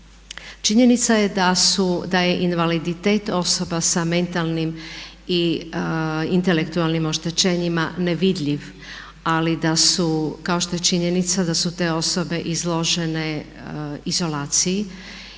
Činjenica je da je invaliditet osoba sa mentalnim i intelektualnim oštećenjima nevidljiv ali da su, kao što je činjenica da su te osobe izložene izolaciji